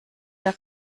der